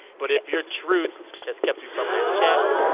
but if your truth has kept you from that check.